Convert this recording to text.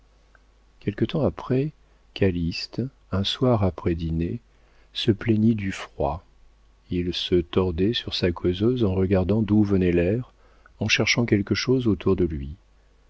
quelque temps après calyste un soir après dîner se plaignit du froid il se tordait sur sa causeuse en regardant d'où venait l'air en cherchant quelque chose autour de lui